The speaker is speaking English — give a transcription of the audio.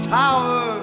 tower